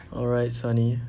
alright sonny